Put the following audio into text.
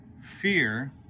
fear